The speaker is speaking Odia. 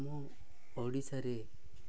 ଆମ ଓଡ଼ିଶାରେ